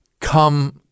come